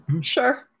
Sure